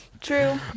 True